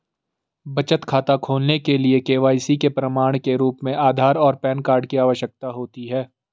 बचत खाता खोलने के लिए के.वाई.सी के प्रमाण के रूप में आधार और पैन कार्ड की आवश्यकता होती है